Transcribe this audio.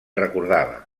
recordava